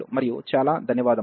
మరియు చాలా ధన్యవాదాలు